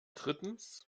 drittens